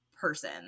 person